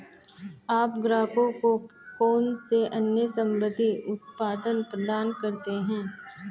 आप ग्राहकों को कौन से अन्य संबंधित उत्पाद प्रदान करते हैं?